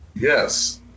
Yes